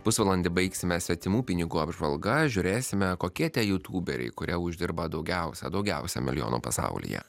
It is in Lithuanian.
pusvalandį baigsime svetimų pinigų apžvalga žiūrėsime kokie tie jutuberiai kurie uždirba daugiausia daugiausia milijonų pasaulyje